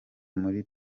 muri